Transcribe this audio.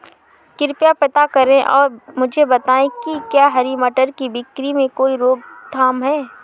कृपया पता करें और मुझे बताएं कि क्या हरी मटर की बिक्री में कोई रोकथाम है?